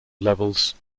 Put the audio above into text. levels